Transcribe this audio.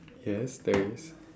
yes there is